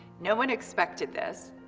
no one expected this,